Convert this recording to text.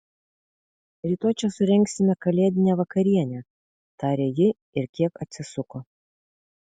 rytoj čia surengsime kalėdinę vakarienę tarė ji ir kiek atsisuko